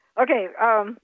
Okay